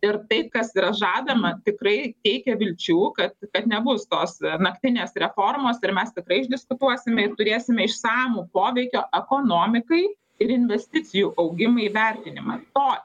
ir tai kas yra žadama tikrai teikia vilčių kad kad nebus tos naktinės reformos ir mes tikrai išdiskutuosime ir turėsime išsamų poveikio ekonomikai ir investicijų augimui įvertinimą to